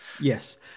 Yes